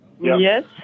Yes